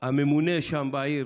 הממונה שם בעיר,